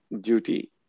duty